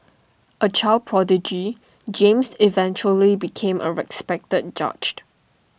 A child prodigy James eventually became A respected judged